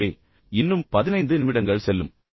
எனவே இன்னும் 15 நிமிடங்கள் செல்லும்